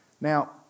Now